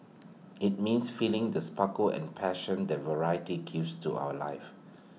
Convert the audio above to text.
IT means feeling the sparkle and passion that variety gives to our lives